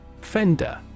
Fender